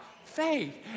Faith